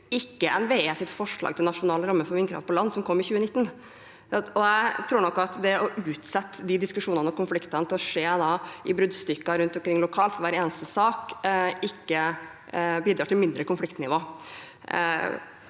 ikke med NVEs forslag til nasjonal ramme for vindkraft på land, som kom i 2019. Jeg tror nok at det å utsette de diskusjonene og konfliktene, slik at de skjer i bruddstykker rundt omkring lokalt i hver eneste sak, ikke bidrar til mindre konfliktnivå.